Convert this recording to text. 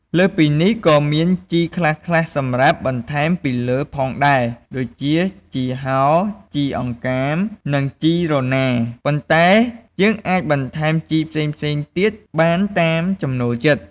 លើសពីនេះក៏មានជីខ្លះៗសម្រាប់បន្ថែមពីលើផងដែរ ដូចជា ជីហោ ជីអង្កាម និងជីរណា ប៉ុន្តែយើងអាចបន្ថែមជីផ្សេងៗទៀតបានតាមចំណូលចិត្ត។